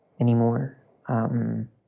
anymore